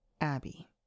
Abby